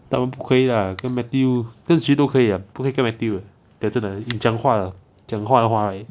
当然不可以啦跟 matthew 跟谁都可以啊不可以跟 matthew uh 讲真的讲话的话